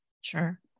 Sure